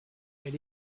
elle